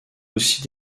aussi